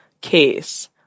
case